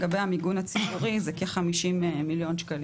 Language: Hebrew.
לגבי המיגון הציבורי זה כ-50 מיליון שקלים.